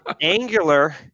Angular